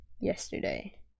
yesterday